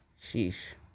sheesh